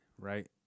right